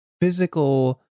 physical